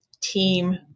team